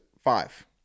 Five